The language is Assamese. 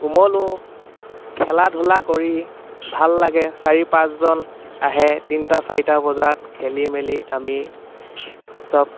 ওমলো খেলা ধূলা কৰি ভাল লাগে চাৰি পাঁচজন আহে তিনিটা চাৰিটা বজাত খেলি মেলি আমি সব